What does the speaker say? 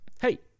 Hey